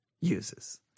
uses